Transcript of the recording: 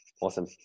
Awesome